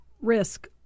risk